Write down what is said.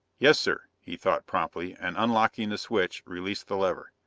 yes, sir, he thought promptly, and unlocking the switch, released the lever.